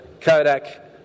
Kodak